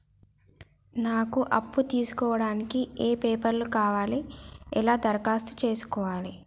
నాకు అప్పు తీసుకోవడానికి ఏ పేపర్లు కావాలి ఎలా దరఖాస్తు చేసుకోవాలి?